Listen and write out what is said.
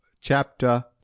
chapter